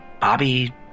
Bobby